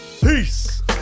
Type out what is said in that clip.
peace